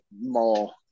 more